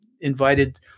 invited